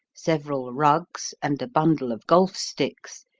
several rugs and a bundle of golf sticks,